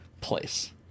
place